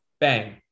bang